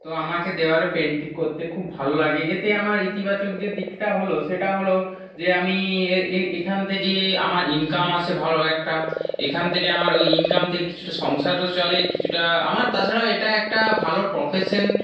তো আমাকে দেওয়ালে পেন্টিং করতে খুব ভাল লাগে এতে আমার ইতিবাচক যে দিকটা হলো সেটা হলো যে আমি এখান থেকে আমার ইনকাম আসে ভালো একটা এখান থেকে আমার ওই ইনকাম থেকে কিছুটা সংসারও চলে কিছুটা আমার তাছাড়া এটা একটা ভালো প্রফেশন